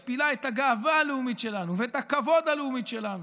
משפילה את הגאווה הלאומית שלנו ואת הכבוד הלאומי שלנו,